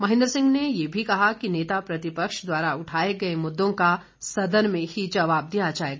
महेंद्र सिंह ने यह भी कहा कि नेता प्रतिपक्ष द्वारा उठाए गए मुद्दों का सदन में ही जवाब दिया जाएगा